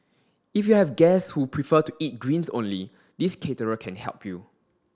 if you have guests who prefer to eat greens only this caterer can help you